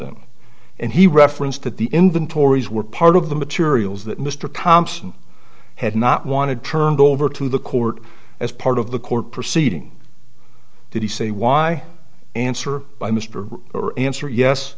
them and he referenced that the inventories were part of the materials that mr compston had not wanted turned over to the court as part of the court proceeding did he say why answer by mr or answer yes